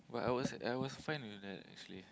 but I was I was fine with that actually